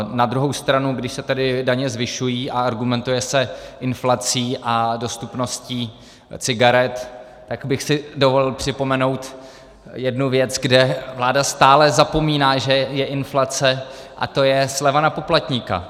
Na druhou stranu když se daně zvyšují a argumentuje se inflací a dostupností cigaret, tak bych si dovolil připomenout jednu věc, kde vláda stále zapomíná, že je inflace, a to je sleva na poplatníka.